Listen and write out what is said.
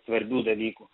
svarbių dalykų